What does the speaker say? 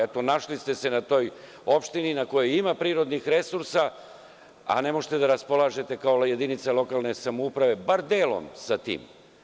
Eto, našli ste se na toj opštini na kojoj ima prirodnih resursa, a ne možete da raspolažete kao jedinica lokalne samouprave bar delom sa tim.